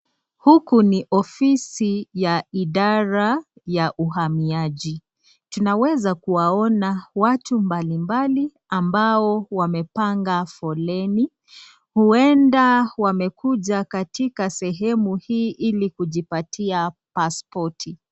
Huku ni ofisi ya idhara ya uhamiaji, tunaweza kuwaona watu mbali mbali ambao wamepanga foleni, huenda wamekuja katika sehemu hii ili kujipatia paspoti.